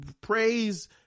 praise